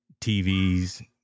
TVs